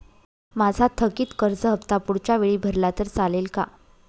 माझा थकीत कर्ज हफ्ता पुढच्या वेळी भरला तर चालेल का?